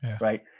Right